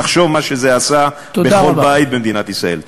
תחשוב מה שזה עשה בכל בית במדינת ישראל.